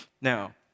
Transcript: Now